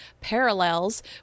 parallels